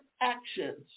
actions